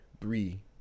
three